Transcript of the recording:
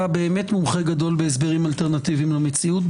אתה באמת מומחה גדול בהסברים אלטרנטיביים למציאות,